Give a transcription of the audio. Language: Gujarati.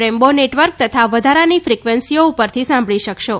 રેઇનબો નેટવર્ક તથા વધારાની ફિકવન્સીઓ પરથી સાંભળી શકાશો